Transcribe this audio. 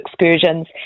excursions